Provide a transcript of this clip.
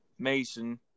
mason